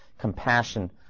compassion